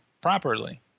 properly